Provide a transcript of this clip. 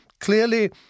Clearly